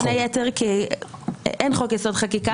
בין היתר כי אין חוק יסוד: חקיקה.